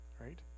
right